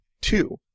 two